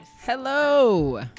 Hello